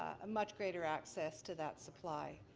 much greater access to that supply.